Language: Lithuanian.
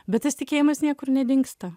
bet tas tikėjimas niekur nedingsta